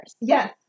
Yes